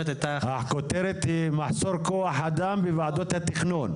הכותרת היא מחסור כוח האדם בוועדות התכנון.